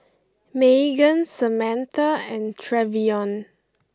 Meagan Samantha and Trevion